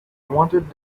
wanted